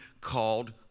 called